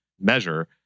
measure